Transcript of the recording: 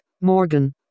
Morgan